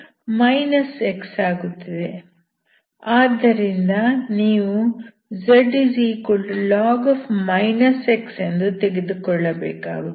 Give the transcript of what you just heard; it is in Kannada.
ಆದ್ದರಿಂದ ನೀವು zlog⁡ ಎಂದು ತೆಗೆದುಕೊಳ್ಳಬೇಕಾಗುತ್ತದೆ